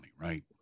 right